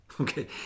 Okay